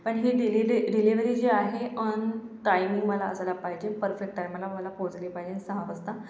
पन ही डिलिलि डिलीवरी जी आहे ऑन टाइम मला असायला पाहिजे परफेक्ट टाइमाला मला पोचली पाहिजे सहा वाजता